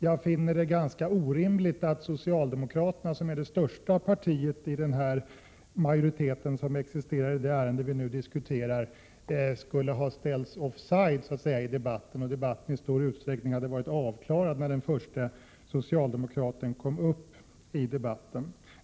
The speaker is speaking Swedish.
Jag fann det ganska orimligt att socialdemokraterna — som är det största partiet i den majoritet som existerar när det gäller det ärende vi nu diskuterar — så att säga skulle ställas offside i debatten, eftersom denna i stor utsträckning hade varit avklarad när den förste socialdemokraten kom upp i talarstolen.